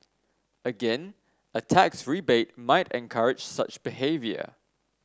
again a tax rebate might encourage such behaviour